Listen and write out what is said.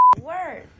word